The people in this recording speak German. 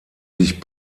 sich